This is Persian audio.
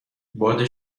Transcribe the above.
باد